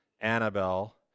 Annabelle